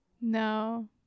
No